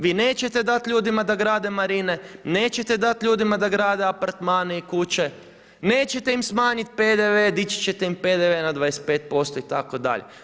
Vi nećete dati ljudima da grade marine, nećete dati ljudima da grade apartmane i kuće, nećete im smanjiti PDV, dići ćete im PDV na 25% itd.